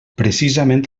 precisament